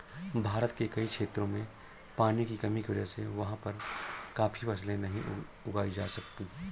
भारत के कई क्षेत्रों में पानी की कमी की वजह से वहाँ पर काफी फसलें नहीं उगाई जा सकती